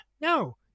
No